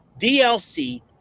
DLC